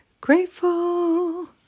Grateful